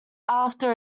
after